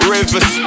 Rivers